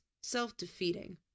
self-defeating